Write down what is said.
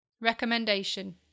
Recommendation